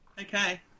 Okay